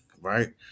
right